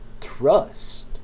trust